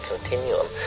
continuum